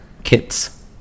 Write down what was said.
kits